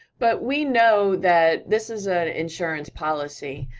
but we know that this is an insurance policy,